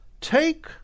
take